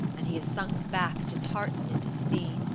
and he has sunk back, disheartened, into the sea.